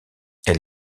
elle